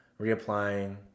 reapplying